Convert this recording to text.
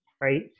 right